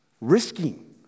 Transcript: risking